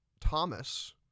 Thomas